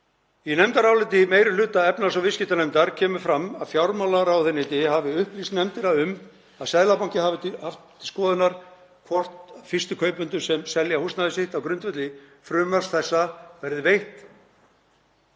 Í nefndaráliti meiri hluta efnahags- og viðskiptanefndar kemur fram að fjármálaráðuneyti hafi upplýst nefndina um að Seðlabanki Íslands hafi til skoðunar hvort fyrstu kaupendum sem selja húsnæði sitt á grundvelli frumvarps þessa verði veitt